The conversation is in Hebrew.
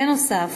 בנוסף,